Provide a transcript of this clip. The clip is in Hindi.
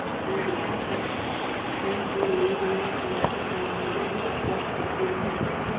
रोज़गार परक ऋण के लिए मैं कैसे आवेदन कर सकतीं हूँ?